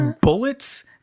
bullets